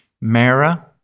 Mara